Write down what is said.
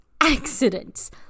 accidents